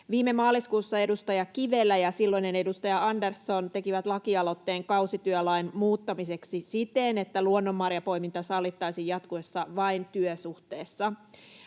Viime maaliskuussa edustaja Kivelä ja silloinen edustaja Andersson tekivät lakialoitteen kausityölain muuttamiseksi siten, että luonnonmarjanpoiminta sallittaisiin jatkossa vain työsuhteessa.